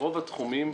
ברוב התחומים,